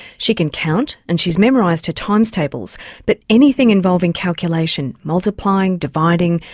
she can count and she's memorised her times tables but anything involving calculation, multiplying, dividing,